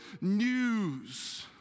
news